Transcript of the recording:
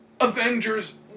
Avengers